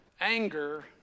Anger